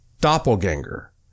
doppelganger